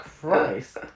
Christ